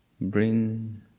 Bring